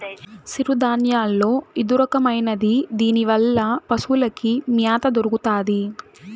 సిరుధాన్యాల్లో ఇదొరకమైనది దీనివల్ల పశులకి మ్యాత దొరుకుతాది